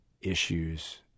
issues